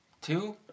Two